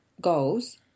goals